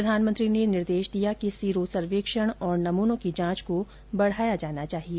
प्रधानमंत्री ने निर्देश दिया कि सीरो सर्वेक्षण और नमूनों की जांच को बढाया जाना चाहिए